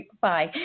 Bye